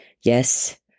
Yes